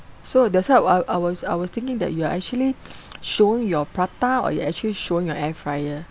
so that's why I I was I was thinking that you are actually showing your prata or you're actually showing your air fryer